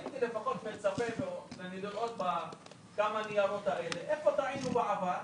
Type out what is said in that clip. הייתי לפחות מצפה בניירות האלה לבדיקה איפה טעינו בעבר,